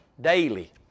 daily